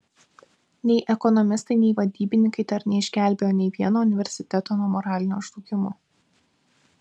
nei ekonomistai nei vadybininkai dar neišgelbėjo nei vieno universiteto nuo moralinio žlugimo